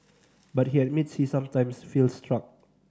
but he admits he sometimes feels stuck